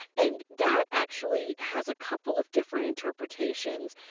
and that actually has a couple of different interpretations.